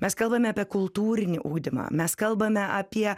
mes kalbame apie kultūrinį ugdymą mes kalbame apie